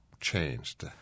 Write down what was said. changed